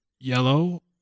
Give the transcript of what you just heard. yellow